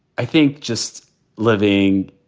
i think just living,